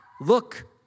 Look